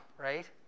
right